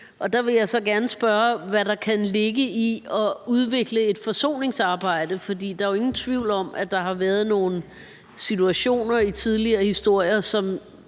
og der vil jeg så gerne spørge, hvad der kan ligge i at udvikle et forsoningsarbejde. For der er jo ingen tvivl om, at der har været nogle situationer og tidligere historier, som